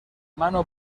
mano